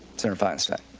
senator feinstein.